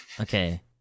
Okay